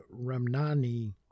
Ramnani